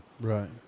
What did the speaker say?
Right